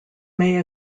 may